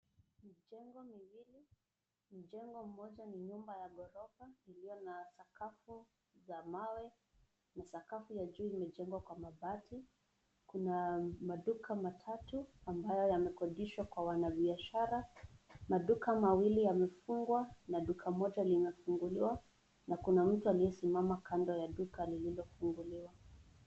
Mijengo miwili mjengo mmoja ni nyumba ya ghorofa iliyo na sakafu za mawe na sakafu ya juu imejengwa kwa mabati. Kuna maduka matatu ambayo yamekodishwa kwa wanabiashara. Maduka mawili yamefungwa na duka moja limefunguliwa. Na kuna mtu anayesimama kando ya duka lililofunguliwa.